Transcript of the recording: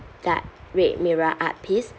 that red mirror art piece